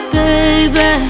baby